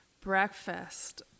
Breakfast